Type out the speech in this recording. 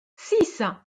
six